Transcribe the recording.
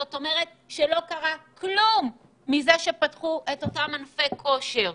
זאת אומרת שלא קרה כלום כתוצאה מזה שפתחו את אותם ענפי הכושר.